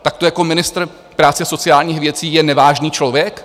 Tak to jako ministr práce a sociálních věcí je nevážný člověk?